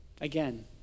Again